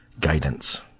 guidance